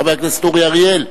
חבר הכנסת אורי אריאל.